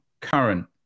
current